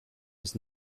was